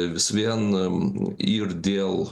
vis vien ir dėl